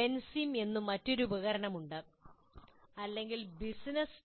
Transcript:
Vensim എന്ന മറ്റൊരു ഉപകരണം ഉണ്ട് അല്ലെങ്കിൽ ബിസിനസ്